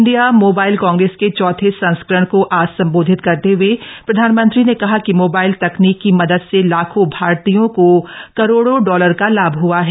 India mobile congress के चौथे संस्करण को आज संबोधित करते हए प्रधानमंत्री ने कहा कि मोबाइल तकनीक की मदद से लाखों भारतीयों को करोड़ों डॉलर का लाभ हआ है